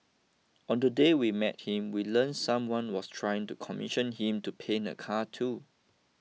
on the day we met him we learnt someone was trying to commission him to paint a car too